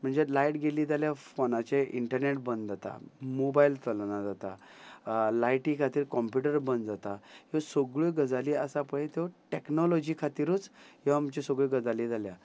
म्हणजे लायट गेली जाल्या फोनाचे इंटरनेट बंद जाता मोबायल चलना जाता लायटी खातीर कंम्प्युटर बंद जाता ह्यो सगळ्यो गजाली आसा पय त्यो टॅक्नोलॉजी खातीरूच ह्यो आमच्यो सगळ्यो गजाली जाल्या